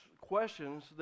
questions